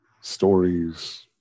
stories